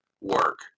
work